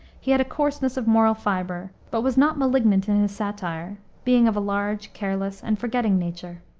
he had a coarseness of moral fiber, but was not malignant in his satire, being of a large, careless, and forgetting nature.